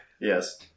Yes